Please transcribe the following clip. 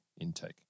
intake